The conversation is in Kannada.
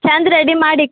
ಚಂದ ರೆಡಿ ಮಾಡಿ